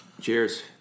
Cheers